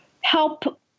help